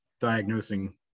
diagnosing